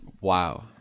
Wow